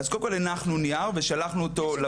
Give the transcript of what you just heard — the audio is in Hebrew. אז קודם כל, הנחנו נייר ושלחנו אותו לוועדה.